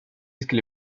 skulle